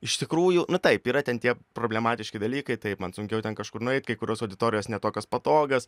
iš tikrųjų nu taip yra ten tie problematiški dalykai taip man sunkiau ten kažkur nueit kai kurios auditorijos ne tokios patogios